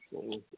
ꯎꯝ